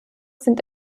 sind